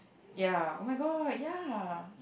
ya oh-my-god ya